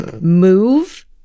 move